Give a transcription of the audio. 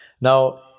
Now